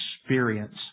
experience